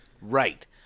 Right